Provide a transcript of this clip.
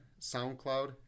SoundCloud